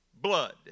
blood